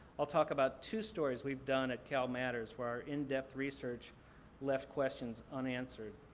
i'll talk about two stories we've done at calmatters, where our in-depth research left questions unanswered.